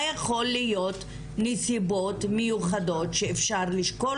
מה יכול להיות נסיבות מיוחדות שאפשר לשקול